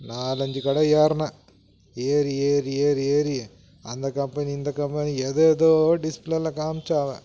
நாலஞ்சு கடை ஏறினேன் ஏறி ஏறி ஏறி ஏறி அந்த கம்பெனி இந்த கம்பெனி எதை எதோ டிஸ்ப்ளேயில் காமிச்சான் அவன்